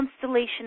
constellation